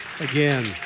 again